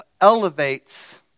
elevates